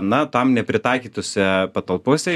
na tam nepritaikytose patalpose